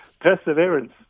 Perseverance